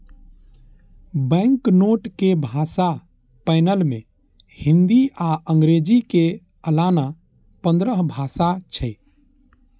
banknote के भाषा panel मे हिंदी आ अंग्रेजी के अलाना पंद्रह भाषा छै